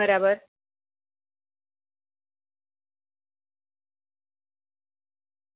બરાબર